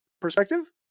perspective